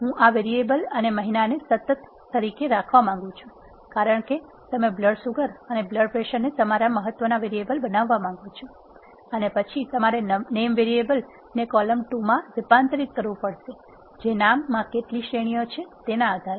હું આ વેરીએબલ અને મહિનાને સતત તરીકે રાખવા માંગું છું કારણ કે તમે બ્લડ સુગર અને બ્લડ પ્રેશરને તમારા મહત્વના વેરીએબલ બનાવવા માંગો છો અને પછી તમારે નેમ વેરીએબલ ને 2 કોલમમાં રૂપાંતરિત કરવું પડશે જે નામ માં કેટલી શ્રેણીઓ છે તેના આધારે